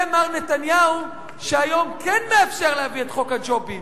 זה מר נתניהו שהיום כן מאפשר להביא את חוק הג'ובים.